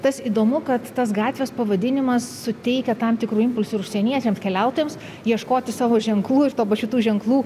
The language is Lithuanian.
tas įdomu kad tas gatvės pavadinimas suteikia tam tikrų impulsų ir užsieniečiams keliautojams ieškoti savo ženklų ir tuo pačiu tų ženklų